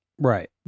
Right